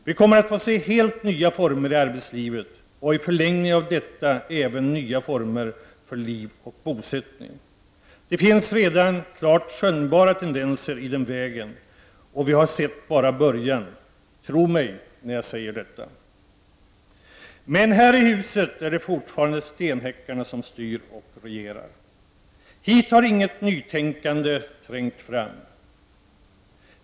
Vi kommer att få se helt nya former i arbetslivet och i en förlängning även nya former för liv och bosättning. Det finns redan klart skönjbara tendenser i den vägen. Det vi har sett är bara början — tro mig när jag säger detta! Men här i huset är det fortfarande ”stenhäckarna” som styr och regerar. Här har inget nytänkande trängt fram.